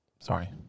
Sorry